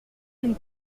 une